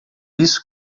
isso